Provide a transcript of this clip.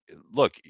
look